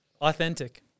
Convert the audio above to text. Authentic